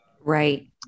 Right